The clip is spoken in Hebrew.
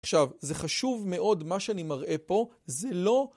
עכשיו, זה חשוב מאוד מה שאני מראה פה, זה לא...